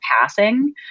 passing